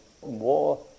war